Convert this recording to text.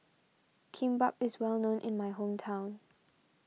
Kimbap is well known in my hometown